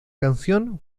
canción